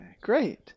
Great